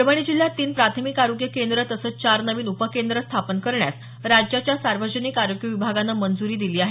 परभणी जिल्ह्यात तीन प्राथमिक आरोग्य केंद्रं तसंच चार नवीन उपकेंद्रं स्थापन करण्यास राज्याच्या सार्वजनिक आरोग्य विभागाने मंजूरी दिली आहे